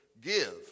Give